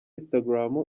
instagram